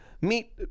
meet